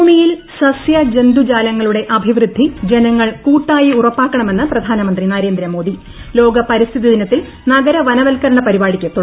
ഭൂമിയിൽ സസ്യജന്തു ജാലങ്ങളുടെ അഭിവൃദ്ധി ജനങ്ങൾ കൂട്ടായി ഉറപ്പാക്കണമെന്ന് പ്രധാനമന്ത്രി നരേന്ദ്രമോദി ലോക്പരിസ്ഥിതി ദിനത്തിൽ നഗരവനവത്ക്കരണ പരിപാടിക്ക് ്തുടക്കം